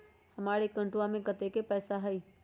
हमार अकाउंटवा में कतेइक पैसा हई?